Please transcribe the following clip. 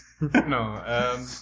No